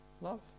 Love